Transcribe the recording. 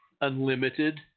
unlimited